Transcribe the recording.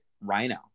rhino